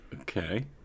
Okay